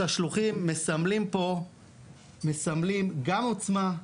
שהשלוחים מסמלים פה גם עוצמה,